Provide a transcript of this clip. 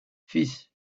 fils